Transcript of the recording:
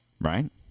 right